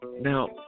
now